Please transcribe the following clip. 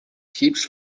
keeps